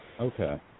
Okay